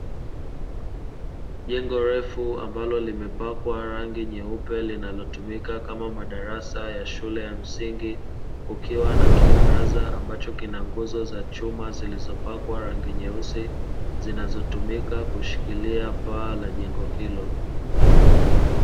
Jengo refu ambalo limepakwa rangi nyeupe linalotumika kama madarasa ya shule ya msingi, kukiwa na kibaraza ambacho kina nguzo za chuma zilizopakwa rangi nyeusi, zinazotumika kushikilia paa la jengo hilo.